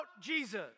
Jesus